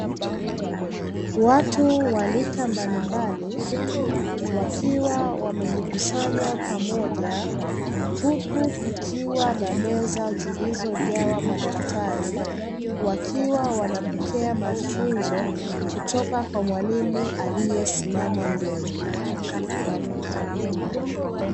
Watu walika mbalimbali wakiwa wamejikusanya pamoja, huku kukiwa na meza zilizojaawa madaftari wakiwa wanapokea mafunzo kutoka kwa mwalimu alie simama mbele.